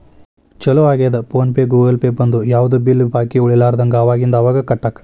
ಚೊಲೋ ಆಗ್ಯದ PhonePe Google pay ಬಂದು ಯಾವ್ದು ಬಿಲ್ ಬಾಕಿ ಉಳಿಲಾರದಂಗ ಅವಾಗಿಂದ ಅವಾಗ ಕಟ್ಟಾಕ